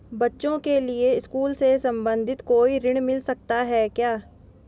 बच्चों के लिए स्कूल से संबंधित कोई ऋण मिलता है क्या?